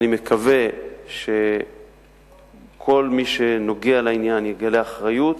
אני מקווה שכל מי שנוגע בעניין יגלה אחריות.